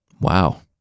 Wow